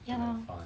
ya lor